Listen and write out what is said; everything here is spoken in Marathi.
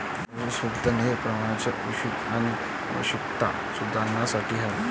पशुसंवर्धन हे प्राण्यांचे पोषण आणि आनुवंशिकता सुधारण्यासाठी आहे